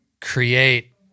create